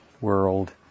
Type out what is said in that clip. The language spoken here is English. world